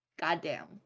Goddamn